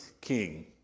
king